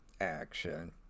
action